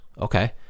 Okay